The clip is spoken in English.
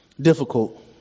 difficult